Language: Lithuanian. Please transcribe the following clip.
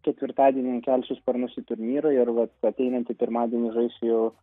ketvirtadienį kelsiu sparnus į turnyrą ir vot ateinantį pirmadienį žaisiu jau